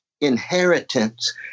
inheritance